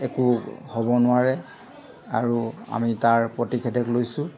একো হ'ব নোৱাৰে আৰু আমি তাৰ প্ৰতিষেধক লৈছোঁ